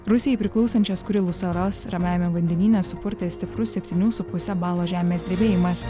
rusijai priklausančias kurilų salas ramiajame vandenyne supurtė stiprus septynių su puse balo žemės drebėjimas